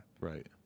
Right